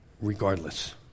regardless